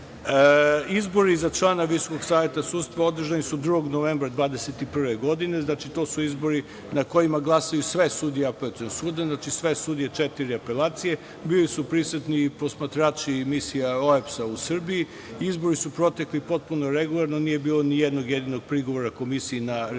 sudova. Izbori za člana VSS održani su 2. novembra 2021. godine, znači to su izbori na kojima glasaju sve sudije apelacionog suda, znači sve sudije četiri apelacije, bili su prisutni posmatrači misija OEBS u Srbiji. Izbori su protekli potpuno regularno, nije bilo nijednog jedinog prigovora komisiji na regularnosti